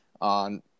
on